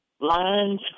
lines